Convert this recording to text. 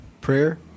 Prayer